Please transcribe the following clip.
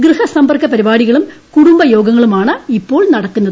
ഗൃഹസമ്പർക്ക പരിപാടികളും കുടുംബയോഗങ്ങളുമാണ് ഇപ്പോൾ നടക്കുന്നത്